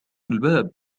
الباب